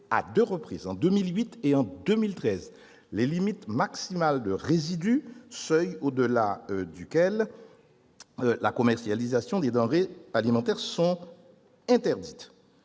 à deux reprises, en 2008 et 2013, les limites maximales de résidus, seuil au-delà duquel la commercialisation des denrées alimentaires est interdite.